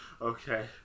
okay